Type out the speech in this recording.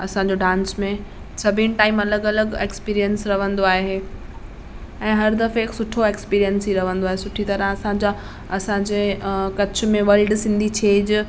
असांजो डांस में सभीनि टाईम अलॻि अलॻि एक्सपीरियंस रवंदो आहे ऐं हरु दफ़े सुठो एक्सपीरियंस ई रहंदो आहे सुठीअ तरह असांजा असांजे कच्छ में वर्ल्ड सिंधी छेज